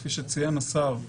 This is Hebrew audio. כפי שציין השר,